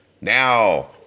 Now